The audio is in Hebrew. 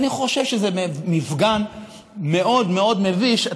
ואני חושב שזה מפגן מאוד מאוד מביש.